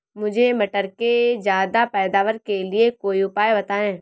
मुझे मटर के ज्यादा पैदावार के लिए कोई उपाय बताए?